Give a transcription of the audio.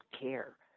care